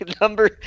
number